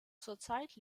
zurzeit